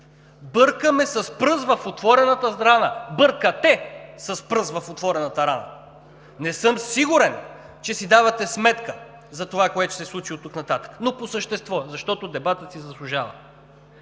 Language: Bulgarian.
бъркаме с пръст в отворената рана, бъркате с пръст в отворената рана! Не съм сигурен, че си давате сметка за това, което ще се случи оттук нататък. Но по същество, защото дебатът си заслужава.